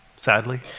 sadly